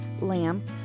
lamb